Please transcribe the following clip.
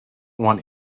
want